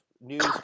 news